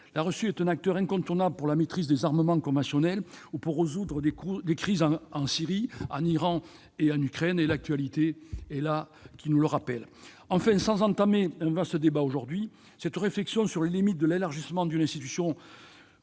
la Russie est un acteur incontournable pour la maîtrise des armements conventionnels ou pour résoudre les crises en Syrie, en Iran ou en Ukraine ; l'actualité est là pour nous le rappeler. Enfin, sans entamer un vaste débat aujourd'hui, la réflexion sur les limites de l'élargissement de l'OTAN